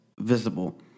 visible